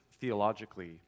theologically